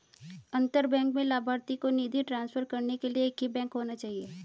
अंतर बैंक में लभार्थी को निधि ट्रांसफर करने के लिए एक ही बैंक होना चाहिए